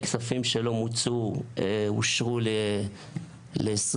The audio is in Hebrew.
כספים שלא מוצו, אושרו ל-2023.